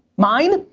mine?